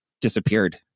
disappeared